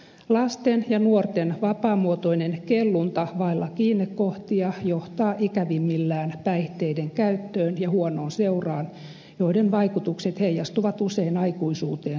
lasten ja nuorten vapaamuotoinen kellunta vailla kiinnekohtia johtaa ikävimmillään päihteiden käyttöön ja huonoon seuraan ja nämä vaikutukset heijastuvat usein aikuisuuteen saakka